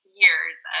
years